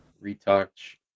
retouch